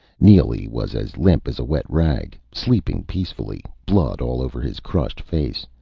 neely was as limp as a wet rag, sleeping peacefully, blood all over his crushed face.